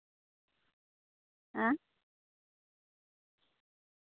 ᱟᱨ